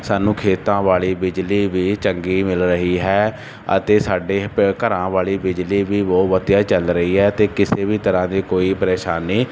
ਸਾਨੂੰ ਖੇਤਾਂ ਵਾਲੀ ਬਿਜਲੀ ਵੀ ਚੰਗੀ ਮਿਲ ਰਹੀ ਹੈ ਅਤੇ ਸਾਡੇ ਪ ਘਰਾਂ ਵਾਲੀ ਬਿਜਲੀ ਵੀ ਬਹੁਤ ਵਧੀਆ ਚੱਲ ਰਹੀ ਹੈ ਅਤੇ ਕਿਸੇ ਵੀ ਤਰ੍ਹਾਂ ਦੀ ਕੋਈ ਪਰੇਸ਼ਾਨੀ